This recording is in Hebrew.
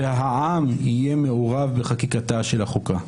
והעם יהיה מעורב בחקיקתה של החוקה.